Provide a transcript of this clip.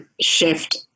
shift